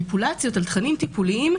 ממניפולציות על תכנים טיפוליים,